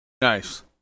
Nice